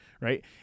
right